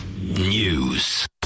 News